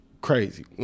Crazy